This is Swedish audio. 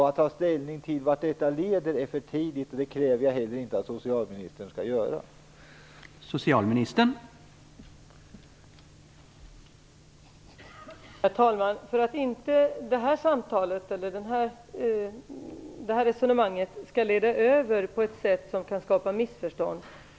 Att ta ställning till vart detta leder är för tidigt, och jag kräver inte heller att socialministern skall göra det.